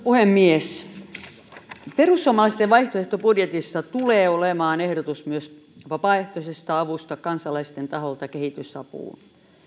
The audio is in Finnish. puhemies perussuomalaisten vaihtoehtobudjetissa tulee olemaan ehdotus myös vapaaehtoisesta avusta kansalaisten taholta kehitysapuun